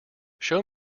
show